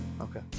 Okay